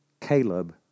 Caleb